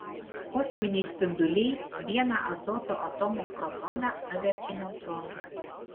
kosminiai spinduliai vieną azoto atomo protoną paverčia neutronu